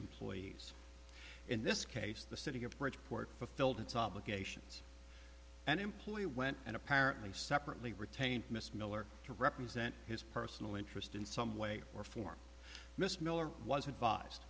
employees in this case the city of bridgeport fulfilled its obligations an employee went and apparently separately retained miss miller to represent his personal interest in some way or form miss miller was advised